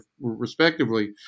respectively